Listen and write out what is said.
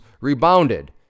rebounded